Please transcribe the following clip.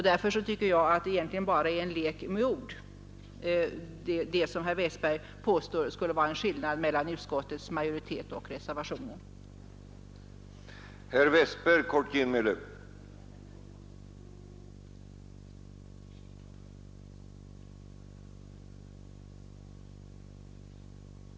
Därför tycker jag att det som herr Westberg påstår skulle vara en skillnad mellan utskottsmajoritetens betänkande och reservationen egentligen bara är en lek med ord.